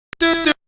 do